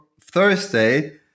Thursday